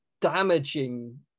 damaging